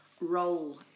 role